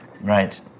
Right